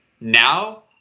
Now